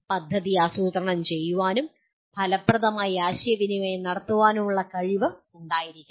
പദ്ധതി ആസൂത്രണം ചെയ്യാനും ഫലപ്രദമായി ആശയവിനിമയം നടത്താനുമുള്ള കഴിവ് ഉണ്ടാകണം